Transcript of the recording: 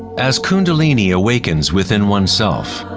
as kundalini awakens within one's self,